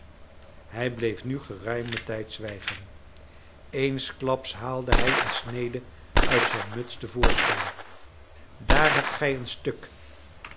hij bleef geruimen tijd zwijgen eensklaps haalde hij een snede uit zijn muts te voorschijn daar hebt gij een stuk